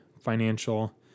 financial